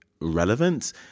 relevant